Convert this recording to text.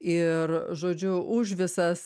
ir žodžiu už visas